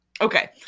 Okay